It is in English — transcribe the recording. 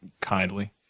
kindly